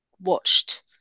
watched